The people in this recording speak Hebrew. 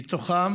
מתוכם